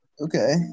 Okay